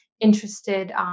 interested